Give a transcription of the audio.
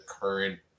current